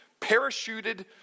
parachuted